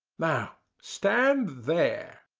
now, stand there!